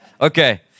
Okay